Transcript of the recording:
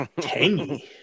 tangy